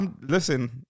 Listen